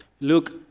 Look